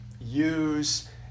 use